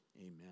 amen